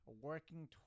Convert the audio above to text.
working